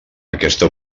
aquesta